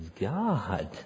God